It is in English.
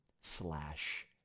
slash